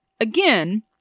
Again